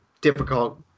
difficult